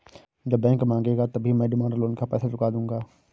जब बैंक मांगेगा तभी मैं डिमांड लोन का पैसा चुका दूंगा